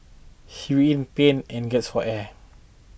he writhed in pain and gasped for air